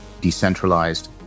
decentralized